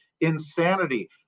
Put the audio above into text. insanity